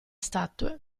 statue